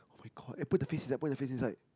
[oh]-my-god eh put the face inside put the face inside